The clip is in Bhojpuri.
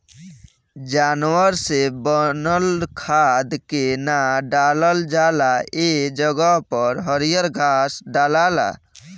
जानवर से बनल खाद के ना डालल जाला ए जगह पर हरियर घास डलाला